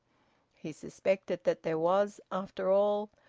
he suspected that there was, after all,